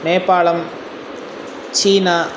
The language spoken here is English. Nepal China